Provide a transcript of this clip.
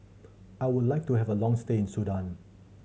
I would like to have a long stay in Sudan